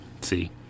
see